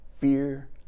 fear